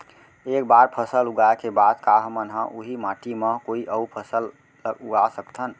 एक बार फसल उगाए के बाद का हमन ह, उही माटी मा कोई अऊ फसल उगा सकथन?